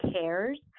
Cares